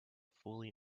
fully